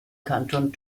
kanton